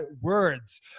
words